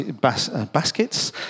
baskets